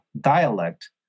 dialect